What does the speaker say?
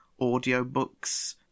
audiobooks